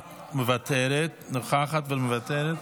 מוותרת, נוכחת ומוותרת.